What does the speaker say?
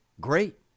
Great